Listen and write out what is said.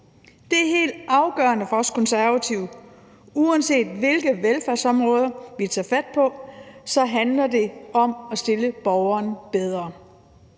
Det er helt afgørende for os Konservative. Uanset hvilke velfærdsområder vi tager fat på, handler det om at stille borgeren bedre.